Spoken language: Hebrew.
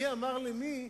מי אמר למי,